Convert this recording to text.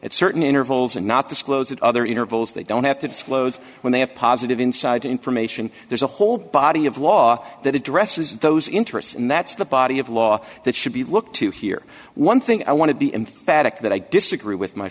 at certain intervals and not disclose it other intervals they don't have to disclose when they have positive inside information there's a whole body of law that addresses those interests and that's the body of law that should be looked to here one thing i want to be emphatic that i disagree with my